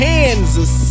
Kansas